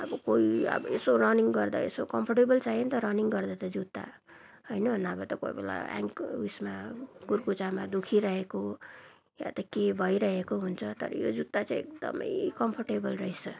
अब कोही अब यसो रनिङ गर्दा यसो कम्फर्टेबल चाहियो नि त रनिङ गर्दा त जुत्ता होइन नभए त कोही बेला एङ्कल उयसमा कुर्कुचामा दुखिरहेको वा त केही भइरहेको हुन्छ तर यो जुत्ता चाहिँ एकदम कम्फर्टेबल रहेछ